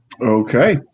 Okay